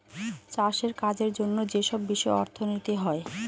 চাষের কাজের জন্য যেসব বিষয়ে অর্থনীতি হয়